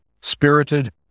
Spirited